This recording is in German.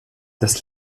das